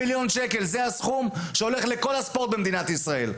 זהו הסכום שהולך לכל הספורט במדינת ישראל,